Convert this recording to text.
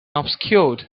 obscured